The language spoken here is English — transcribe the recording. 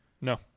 no